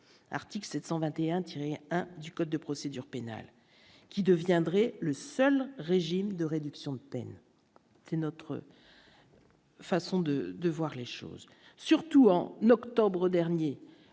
tués un du Code de procédure pénale, qui deviendrait le seul régime de réduction de peine, c'est notre façon de de voir les choses surtout en n'octobre dernier,